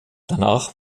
danach